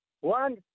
one